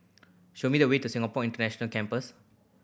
show me the way to Singapore International Campus